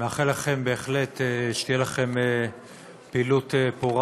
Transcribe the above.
נאחל לכם בהחלט שתהיה לכם פעילות פורה